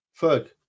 Ferg